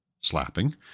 slapping